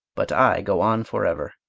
but i go on forever.